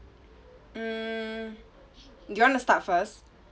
um you wanna start first